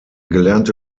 gelernte